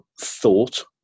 thought